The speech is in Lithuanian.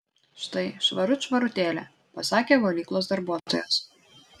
štai švarut švarutėlė pasakė valyklos darbuotojas